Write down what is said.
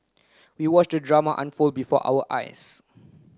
we watched the drama unfold before our eyes